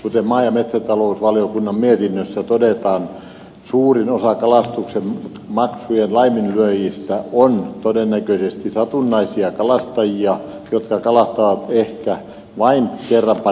kuten maa ja metsätalousvaliokunnan mietinnössä todetaan suurin osa kalastusmaksujen laiminlyöjistä on todennäköisesti satunnaisia kalastajia jotka kalastavat ehkä vain kerran pari vuodessa